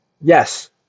Yes